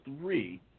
three